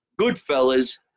Goodfellas